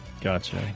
gotcha